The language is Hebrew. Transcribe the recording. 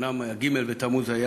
אומנם ג' בתמוז היה